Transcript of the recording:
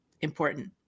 important